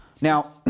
Now